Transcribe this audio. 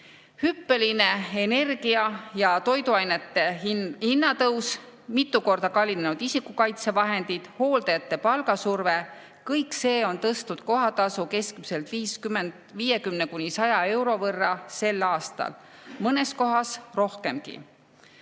Hüppeline energia ja toiduainete hinna tõus, mitu korda kallinenud isikukaitsevahendid, hooldajate palgasurve – kõik see on tõstnud kohatasu sel aastal keskmiselt 50–100 euro võrra, mõnes kohas rohkemgi.